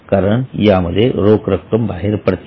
कारण यामध्ये रोख रक्कम बाहेर पडली